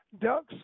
ducks